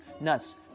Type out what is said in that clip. nuts